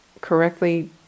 correctly